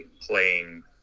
playing